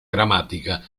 gramática